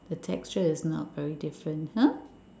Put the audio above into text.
the texture is not very different !huh!